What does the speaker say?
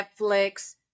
Netflix